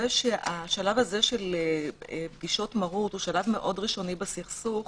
השלב הזה של פגישות מהו"ת הוא שלב מאוד ראשוני בסכסוך,